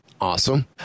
awesome